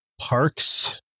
Parks